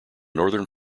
northern